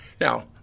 Now